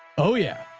oh yeah.